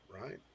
right